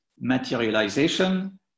materialization